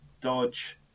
dodge